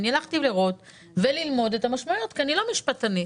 כדי ללמוד את המשמעויות כי אני לא משפטנית.